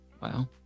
Wow